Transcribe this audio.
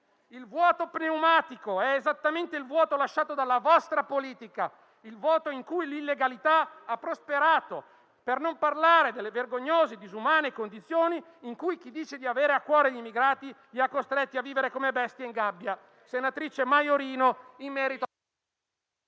«il vuoto pneumatico è esattamente il vuoto lasciato dalla vostra politica, il vuoto in cui l'illegalità ha prosperato. Per non parlare delle vergognose e disumane condizioni in cui chi dice di avere a cuore gli immigrati li ha costretti a vivere come bestie in gabbia». Questa era la senatrice Maiorino in merito a...